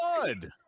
good